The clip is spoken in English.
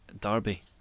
derby